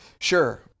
Sure